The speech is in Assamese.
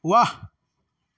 ৱাহ